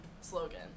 slogan